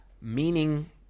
meaning